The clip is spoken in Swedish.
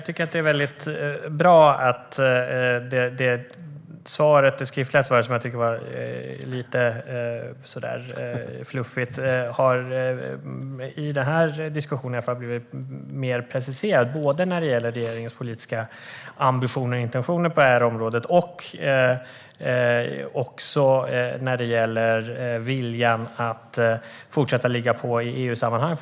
Herr talman! Jag tycker att det skriftliga svaret var lite fluffigt, men det är väldigt bra att svaret nu har blivit mer preciserat i den här diskussionen. Det gäller regeringens politiska ambitioner och intentioner på det här området och också när det gäller viljan att fortsätta att ligga på i EU-sammanhang.